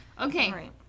Okay